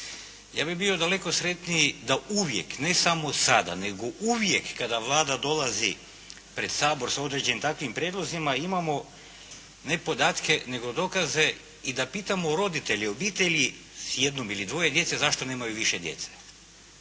Ja bih bio daleko sretniji da uvijek, ne samo sada, nego uvijek kada Vlada dolazi pred Sabor s određenim takvim prijedlozima, imamo, ne podatke nego dokaze i da pitamo roditelje obitelji s jednim ili dvoje djece, zašto nemaju više djece.